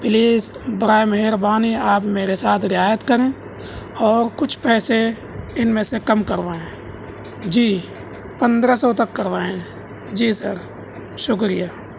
please برائے مہربانی آپ میرے ساتھ رعایت کریں اور کچھ پیسے ان میں سے کم کروائیں جی پندرہ سو تک کروائیں جی سر شکریہ